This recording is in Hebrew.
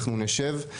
אנחנו נשב,